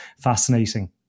fascinating